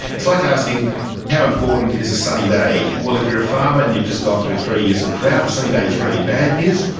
it's like asking how important is a sunny day. well, if you're a farmer and you've just gone through three years of drought, a sunny day is really bad news.